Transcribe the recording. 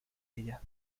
ella